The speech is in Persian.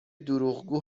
دروغگو